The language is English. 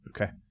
Okay